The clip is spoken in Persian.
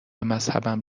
مذهبم